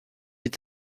with